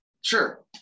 Sure